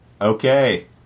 Okay